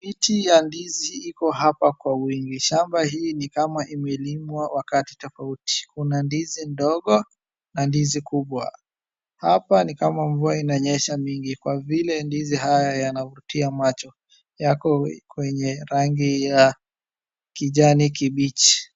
Miti ya ndizi iko hapa kwa wingi. Shamba hii nikama imelimwa wakati tofauti. Kuna ndizi ndogo na ndizi kubwa. Hapa ni kama mvua inanyesha mingi kwa vile ndizi haya yanavutia macho. Yako kwenye rangi ya kijani kibichi.